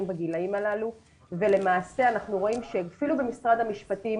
בגילאים הללו ולמעשה אנחנו רואים שאפילו במשרד המשפטים,